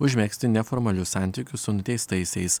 užmegzti neformalius santykius su nuteistaisiais